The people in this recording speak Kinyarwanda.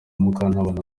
mukantabana